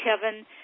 Kevin